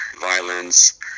violence